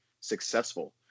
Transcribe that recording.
successful